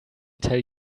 tell